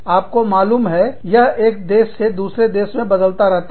आपको मालूम है यह एक देश से दूसरे देश में बदलता रहता है